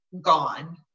gone